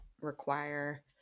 require